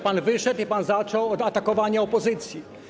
Pan wyszedł i pan zaczął od atakowania opozycji.